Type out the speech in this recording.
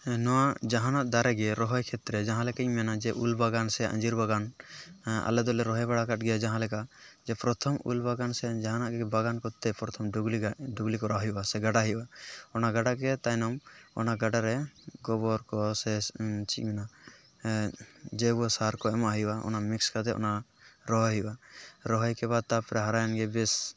ᱦᱮᱸ ᱱᱚᱣᱟ ᱡᱟᱦᱟᱱᱟᱜ ᱫᱟᱨᱮ ᱜᱮ ᱨᱚᱦᱚᱭ ᱠᱷᱮᱛᱨᱮ ᱡᱟᱦᱟᱸᱞᱮᱠᱟᱧ ᱢᱮᱱᱟ ᱡᱮ ᱩᱞ ᱵᱟᱜᱟᱱ ᱥᱮ ᱟᱸᱡᱤᱨ ᱵᱟᱜᱟᱱ ᱟᱞᱮ ᱫᱚᱞᱮ ᱨᱚᱦᱚᱭ ᱵᱟᱲᱟ ᱟᱠᱟᱫ ᱜᱮᱭᱟ ᱡᱟᱦᱟᱸᱞᱮᱠᱟ ᱡᱮ ᱯᱨᱚᱛᱷᱚᱢ ᱩᱞᱵᱟᱜᱟᱱ ᱥᱮ ᱡᱟᱦᱟᱱᱟᱜ ᱜᱮ ᱵᱟᱜᱟᱱ ᱠᱚᱛᱛᱮ ᱯᱚᱨᱛᱷᱚᱢ ᱰᱩᱵᱞᱤ ᱜᱟᱰ ᱰᱩᱵᱞᱤ ᱠᱚᱨᱟᱣ ᱦᱩᱭᱩᱜᱼᱟ ᱥᱮ ᱜᱟᱰᱟᱭ ᱦᱩᱭᱩᱜᱼᱟ ᱚᱱᱟ ᱜᱟᱰᱟᱜᱮ ᱛᱟᱭᱱᱚᱢ ᱚᱱᱟ ᱜᱟᱰᱟᱨᱮ ᱜᱚᱵᱚᱨ ᱠᱚ ᱥᱮ ᱪᱮᱫ ᱤᱧ ᱢᱮᱱᱟ ᱦᱮᱸ ᱡᱳᱭᱵᱚᱥᱟᱨ ᱠᱚ ᱮᱢᱟᱜ ᱦᱩᱭᱩᱜᱼᱟ ᱚᱱᱟ ᱢᱤᱠᱥ ᱠᱟᱛᱮ ᱚᱱᱟ ᱨᱚᱦᱚᱭ ᱦᱩᱭᱩᱜᱼᱟ ᱨᱚᱦᱚᱭ ᱠᱮ ᱵᱟᱫᱽ ᱛᱟᱨᱯᱚᱨᱮ ᱦᱟᱨᱟᱭᱮᱱ ᱜᱮ ᱵᱮᱥ